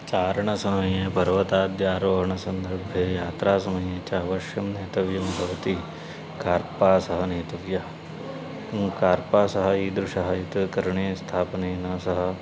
चारणसमये पर्वताद्यारोहणसन्दर्भे यात्रासमये च अवश्यं नेतव्यं भवति कार्पासः नेतव्यः कार्पासः ईदृशः इति कर्णे स्थापनेन सः